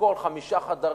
הכול חמישה חדרים.